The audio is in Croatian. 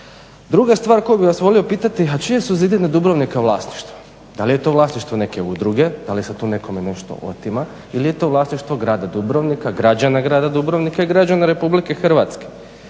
Druga stvar koju bih vas volio pitati, a čije su zidine Dubrovnika vlasništvo? Da li je to vlasništvo neke udruge, da li se tu nešto nekome otima ili je to vlasništvo grada Dubrovnika, građana grada Dubrovnika i građana RH? Da li je novac